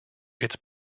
its